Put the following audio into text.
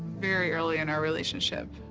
very early in our relationship,